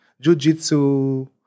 Jiu-Jitsu